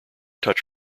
touch